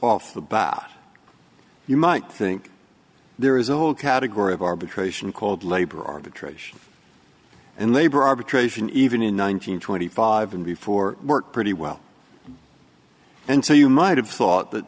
off the bat you might think there is a whole category of arbitration called labor arbitration and labor arbitration even in one nine hundred twenty five and before work pretty well and so you might have thought that